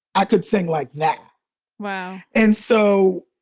i could sing like that wow and so.